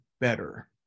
better